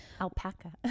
alpaca